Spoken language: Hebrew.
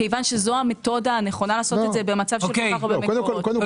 כיוון שזו המתודה הנכונה במצב של כל כך הרבה מקורות.